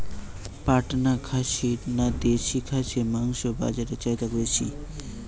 পাটনা খাসি না দেশী খাসির মাংস বাজারে চাহিদা বেশি?